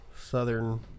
southern